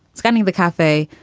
scanning the cafe,